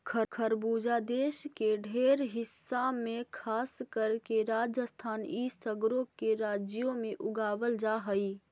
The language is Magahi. खरबूजा देश के ढेर हिस्सा में खासकर के राजस्थान इ सगरो के राज्यों में उगाबल जा हई